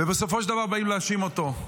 ובסופו של דבר באים להאשים אותו.